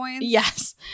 Yes